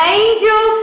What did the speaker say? angel